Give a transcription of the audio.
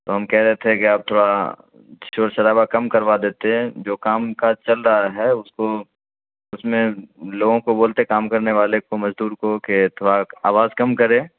تو ہم کہہ رہے تھے کہ آپ تھوڑا شور شرابہ کم کروا دیتے جو کام کاج چل رہا ہے اس کو اس میں لوگوں کو بولتے کام کرنے والے کو مزدور کو کہ تھوڑا آواز کم کرے